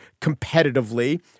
competitively